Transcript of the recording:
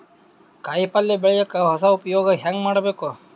ಕಾಯಿ ಪಲ್ಯ ಬೆಳಿಯಕ ಹೊಸ ಉಪಯೊಗ ಹೆಂಗ ಮಾಡಬೇಕು?